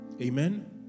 Amen